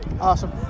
Awesome